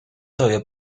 todavía